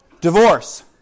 Divorce